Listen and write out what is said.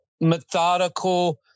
methodical